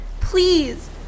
please